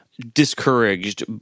discouraged